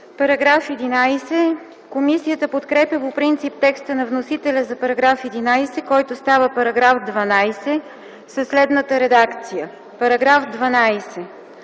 Параграф 11. Комисията подкрепя по принцип текста на вносителя за § 11, който става § 12, със следната редакция: „§ 12.